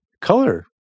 color